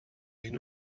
این